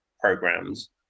programs